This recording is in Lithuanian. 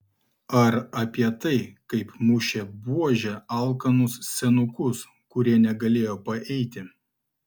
ar apie tai kaip mušė buože alkanus senukus kurie negalėjo paeiti